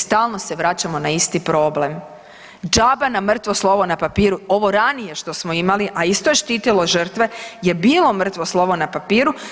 Stalno se vraćamo na isti problem, džaba nam mrtvo slovo na papiru ovo ranije što smo imali, a isto je štitilo žrtve je bilo mrtvo slovo na papiru.